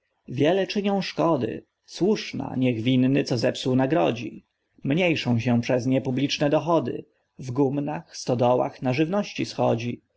wiele czynią szkody słuszna niech winny co zepsuł nagrodzi mniejszą się przez nie publiczne dochody w gumnach stodołach na żywności schodzi